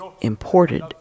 imported